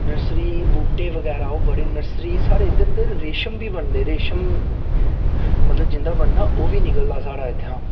नर्सरियें दे बूह्टे बगैरा ओह् बड़ी नर्सरी साढ़े उद्धर बी बनदे रेशम बी बनदे मतलब जि'न्दा बनदा ओह् बी निकलदा साढ़ा इ'त्थां